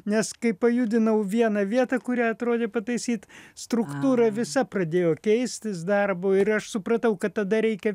nes kai pajudinau vieną vietą kurią atrodė pataisyt struktūra visa pradėjo keistis darbo ir aš supratau kad tada reikia